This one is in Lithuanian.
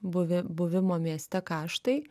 buvi buvimo mieste kaštai